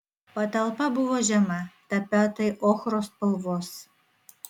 patalpa buvo žema tapetai ochros spalvos